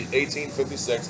1856